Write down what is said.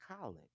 college